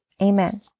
amen